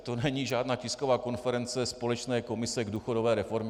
To není tisková konference společné komise k důchodové reformě.